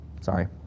Sorry